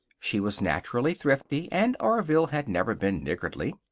she was naturally thrifty, and orville had never been niggardly.